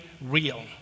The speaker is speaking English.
real